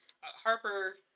Harper